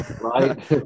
right